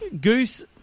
goose